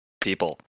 people